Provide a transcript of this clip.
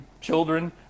children